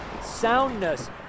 soundness